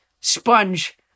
sponge